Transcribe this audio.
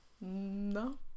No